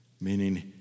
Meaning